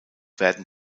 werden